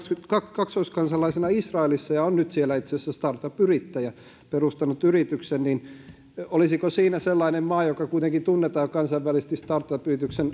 kaksoiskansalaisena israelissa ja on nyt siellä itse asiassa startup yrittäjä perustanut yrityksen niin olisiko siinä sellainen maa joka kuitenkin tunnetaan kansainvälisesti startup